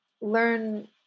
learn